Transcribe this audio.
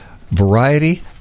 Variety